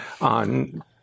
on